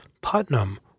Putnam